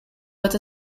but